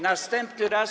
Następny raz.